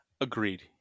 Agreed